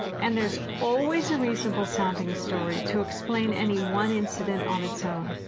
and there's always a reasonable sounding story to explain any one incident on its own.